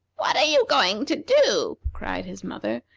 what are you going to do? cried his mother.